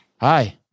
Hi